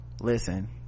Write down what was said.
Listen